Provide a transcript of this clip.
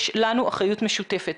יש לנו אחריות משותפת.